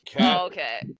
Okay